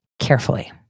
carefully